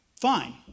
Fine